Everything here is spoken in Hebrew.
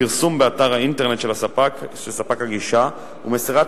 פרסום באתר האינטרנט של ספק הגישה ומסירת